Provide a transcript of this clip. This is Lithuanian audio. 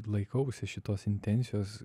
laikausi šitos intencijos